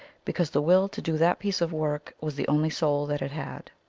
because the will to do that piece of work was the only soul that it had.